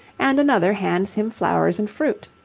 and another hands him flowers and fruit.